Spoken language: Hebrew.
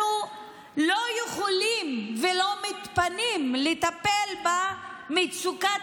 אנחנו לא יכולים ולא מתפנים לטפל במצוקת